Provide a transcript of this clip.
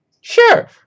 Sure